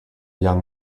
young